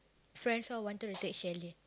friends loh wanted to take chalet